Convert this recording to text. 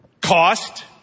Cost